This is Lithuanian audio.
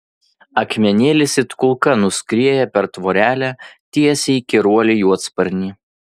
akmenėlis it kulka nuskrieja per tvorelę tiesiai į įkyruolį juodasparnį